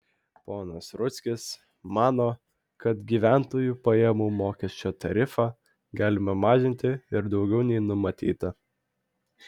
ponas rudzkis mano kad gyventojų pajamų mokesčio tarifą galima mažinti ir daugiau nei numatyta